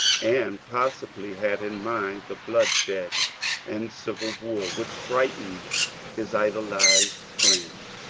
and possibly had in mind the bloodshed and civil war, which frightened his idolized friend.